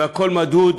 והכול מדוד,